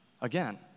Again